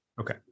Okay